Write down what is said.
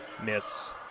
miss